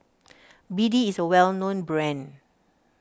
B D is a well known brand